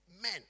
Men